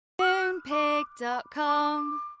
Moonpig.com